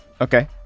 Okay